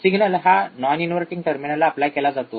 signal हा non inverting टर्मिनलला apply केला जातो